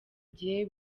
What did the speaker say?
gihe